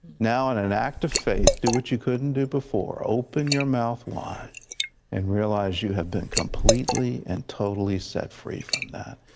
now in an act of faith, do what you could not and do before, open your mouth wide and realize you have been completely and totally set free from that,